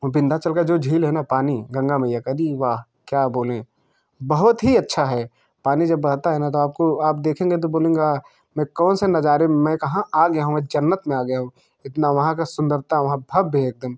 वृंदावन का जो झील है ना पानी गंगा मैया का अरे वह क्या बोले बहुत ही अच्छा है पानी जब बहता है ना आपको आप देखेंगे तो बोलेंगे मैं कौन से नज़ारे मैं कहाँ आ गया हूँ जन्नत में आ गया इतना वहाँ की सुंदरता वहाँ भव्य है एकदम